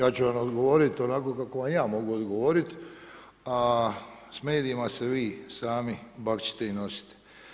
Ja ću vam odgovorit onako kako vam ja mogu odgovorit, a s medijima se vi sami bakćite i nosite.